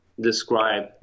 describe